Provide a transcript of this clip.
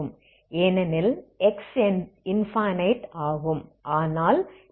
ஏனெனில் x infinite ஆகும்